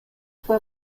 fue